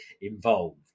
involved